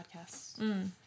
podcasts